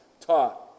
taught